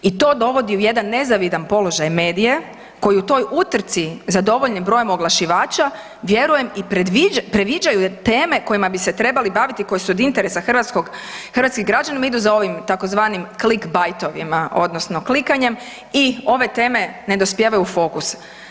I to dovodi u jedan nezavidan položaj medija koji u toj utrci za dovoljnim brojem oglašivača, vjerujem i previđaju teme kojima bi se trebali baviti, koji su od interesa hrvatskih građana, idu za ovim tzv. clickbaitovima odnosno klikanjem i ove teme ne dospijevaju u fokus.